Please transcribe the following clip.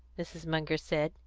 mrs. munger said,